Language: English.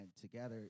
together